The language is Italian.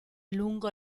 lungo